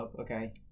okay